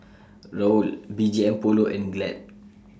Raoul B G M Polo and Glad